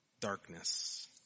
darkness